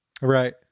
Right